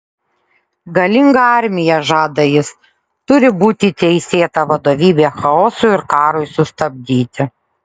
galinga armija žada jis turi būti teisėta vadovybė chaosui ir karui sustabdyti